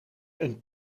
een